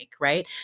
right